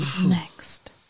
Next